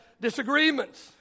Disagreements